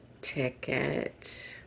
ticket